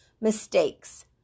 Mistakes